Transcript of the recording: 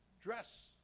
dress